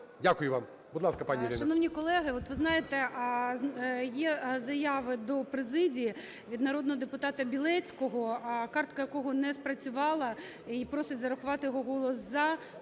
Дякую вам. Будь ласка, пані Ірино.